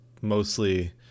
mostly